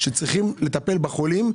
צריכים לטפל בחולים,